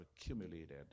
accumulated